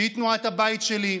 שהיא תנועת הבית שלי,